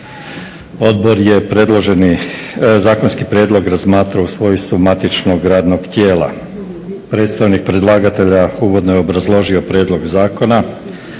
Odbor je zakonski prijedlog razmatrao u svojstvu matičnog radnog tijela. Predstavnik predlagatelja uvodno je obrazložio prijedlog zakona,